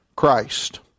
christ